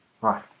Right